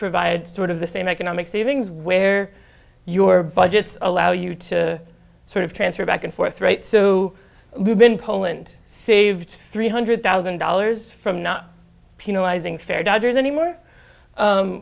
provide sort of the same economic savings where your budgets allow you to sort of transfer back and forth right so bin poland saved three hundred thousand dollars from not penalizing fare dodgers anymore